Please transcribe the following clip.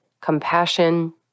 compassion